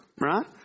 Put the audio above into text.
Right